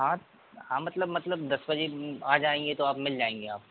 हाँ हाँ मतलब मतलब दस बजे आ जाएंगे तो आप मिल जाएंगे आप